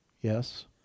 Yes